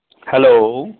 hello